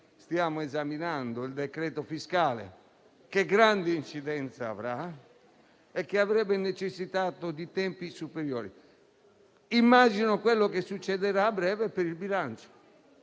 stiamo esaminando, il decreto fiscale, avrà grande incidenza e avrebbe necessitato di tempi superiori. Immagino cosa succederà a breve per il bilancio;